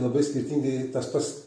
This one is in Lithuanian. labai skirtingai tas pats